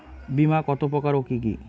বীমা কত প্রকার ও কি কি?